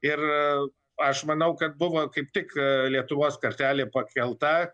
ir aš manau kad buvo kaip tik lietuvos kartelė pakelta